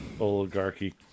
Oligarchy